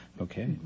Okay